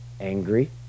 angry